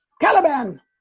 Caliban